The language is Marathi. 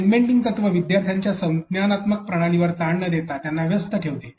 सेगमेंटिंग तत्व विद्यार्थ्यांच्या संज्ञानात्मक प्रणालींवर ताण न देता त्यांना व्यस्त ठेवते